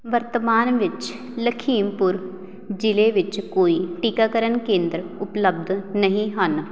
ਵਰਤਮਾਨ ਵਿੱਚ ਲਖੀਮਪੁਰ ਜ਼ਿਲ੍ਹੇ ਵਿੱਚ ਕੋਈ ਟੀਕਾਕਰਨ ਕੇਂਦਰ ਉਪਲੱਬਧ ਨਹੀਂ ਹਨ